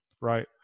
right